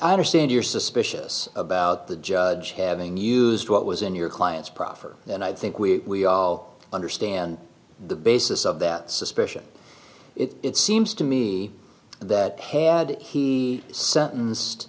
understand you're suspicious about the judge having used what was in your client's proffer and i think we all understand the basis of that suspicion it seems to me that had he sentenced